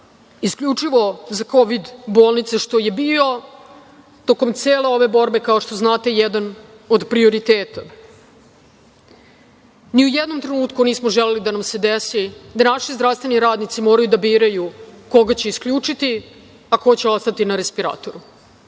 isključivo za kovid bolnice što je bio, tokom cele ove borbe, kao što znate, jedan od prioriteta. Ni u jednom trenutku nismo želeli da nam se desi da naši zdravstveni radnici moraju da biraju koga će isključiti, a ko će ostati na respiratoru.